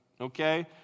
Okay